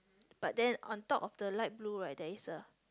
but then on top of the light blue right there is the